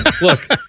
look